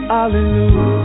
Hallelujah